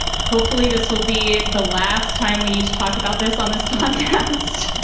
hopefully, this will be the last time we need to talk about this on this podcast.